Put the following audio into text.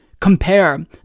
compare